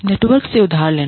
network से उधार लेना